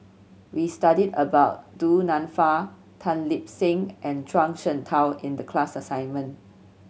we studied about Du Nanfa Tan Lip Seng and Zhuang Shengtao in the class assignment